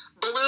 blue